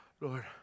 Lord